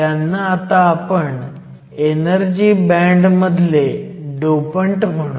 त्यांना आता आपण एनर्जी बँड मधले डोपंट म्हणू